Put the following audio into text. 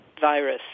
virus